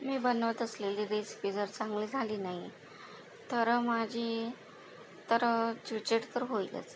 मी बनवत असलेली रेसिपी जर चांगली झाली नाही तर माझी तर चिडचिड तर होईलच